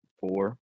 four